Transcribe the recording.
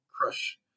crush